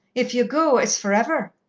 if ye go, it's for ever.